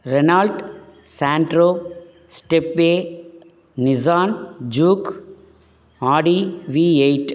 Reynold Santro Stepway Nissan Juke Audi V eight